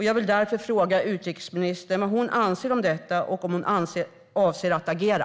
Jag vill därför fråga utrikesministern vad hon anser om detta och om hon avser att agera.